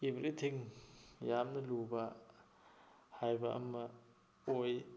every ꯊꯤꯡ ꯌꯥꯝꯅ ꯂꯨꯕ ꯍꯥꯏꯕ ꯑꯃ ꯑꯣꯏ